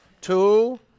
Two